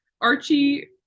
Archie